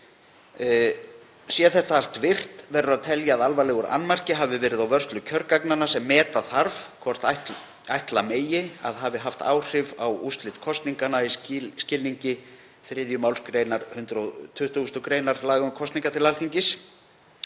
Sé þetta allt virt verður að telja að alvarlegur annmarki hafi verið á vörslu kjörgagnanna sem meta þarf hvort ætla megi að hafi haft áhrif á úrslit kosninganna í skilningi 3. mgr. 120. gr. laga um kosningar til Alþingis.